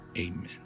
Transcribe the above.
Amen